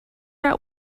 out